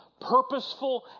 purposeful